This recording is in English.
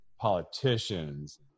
politicians